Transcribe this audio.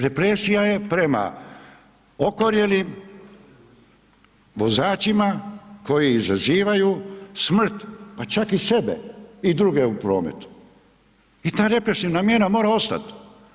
Represija je prema okorjelim vozačima koji izazivaju smrt pa čak i sebe i druge u prometu i ta represivna mjera mora ostati.